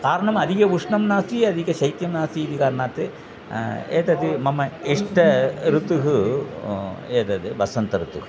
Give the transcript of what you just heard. कारणम् अधिकम् उष्णं नास्ति अधिकं शैत्यं नास्ति इति कारणात् एतद् मम इष्टः ऋतुः एतद् वसन्तऋतुः